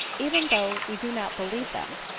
even though we do not believe them,